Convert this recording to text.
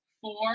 four